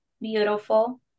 beautiful